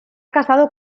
casado